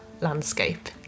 landscape